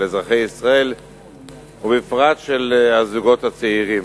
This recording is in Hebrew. אזרחי ישראל ובפרט של הזוגות הצעירים.